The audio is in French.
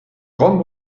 grande